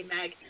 Meg